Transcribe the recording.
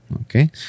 Okay